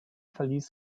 verließ